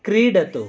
क्रीडतु